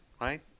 Right